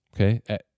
Okay